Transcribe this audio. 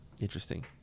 Interesting